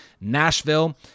Nashville